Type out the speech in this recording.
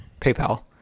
PayPal